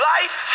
Life